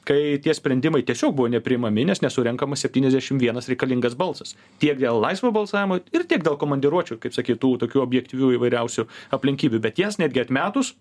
kai tie sprendimai tiesiog buvo nepriimami nes nesurenkamas septyniasdešim vienas reikalingas balsas tiek dėl laisvo balsavimo ir tiek dėl komandiruočių kaip sakyt tų tokių objektyvių įvairiausių aplinkybių bet jas netgi atmetus